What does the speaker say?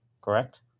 Correct